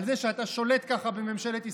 על זה שאתה שולט ככה בממשלת ישראל.